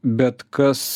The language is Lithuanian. bet kas